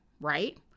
right